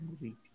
movie